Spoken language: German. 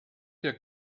der